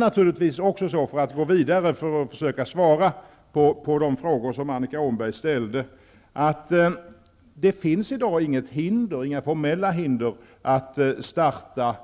För att gå vidare och försöka svara på de frågor som Annika Åhnberg ställde vill jag säga att det naturligtvis är så att det i dag inte finns några formella hinder att starta